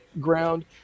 ground